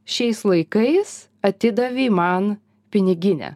šiais laikais atidavei man piniginę